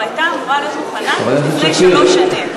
הייתה אמורה להיות מוכנה לפני שלוש שנים.